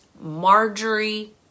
Marjorie